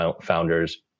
founders